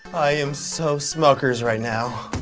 i am so smuckers right now.